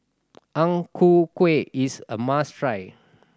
Ang Ku Kueh is a must try